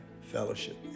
fellowship